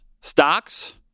stocks